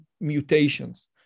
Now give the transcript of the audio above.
mutations